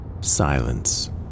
Silence